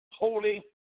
Holy